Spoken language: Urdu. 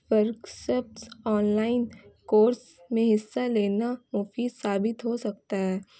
ورکسپس آنلائن کورس میں حصہ لینا مفید ثابت ہو سکتا ہے